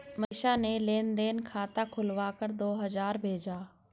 मनीषा ने लेन देन खाता खोलकर दो हजार भेजा